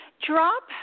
drop